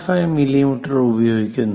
5 millimetre ഉപയോഗിക്കുന്നു